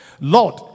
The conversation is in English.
Lord